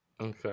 Okay